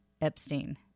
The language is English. Epstein